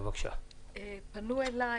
פנו אלי